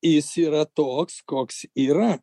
jis yra toks koks yra